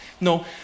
No